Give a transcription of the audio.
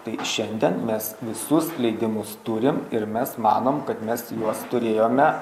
tai šiandien mes visus leidimus turim ir mes manom kad mes juos turėjome